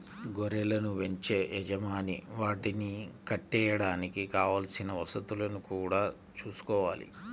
గొర్రెలను బెంచే యజమాని వాటిని కట్టేయడానికి కావలసిన వసతులను గూడా చూసుకోవాలి